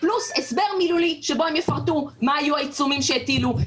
פלוס הסבר מילולי שבו הם יפרטו מה היו העיצומים שהטילו,